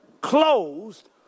closed